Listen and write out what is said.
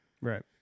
Right